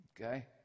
Okay